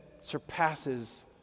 surpasses